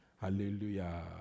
Hallelujah